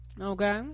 okay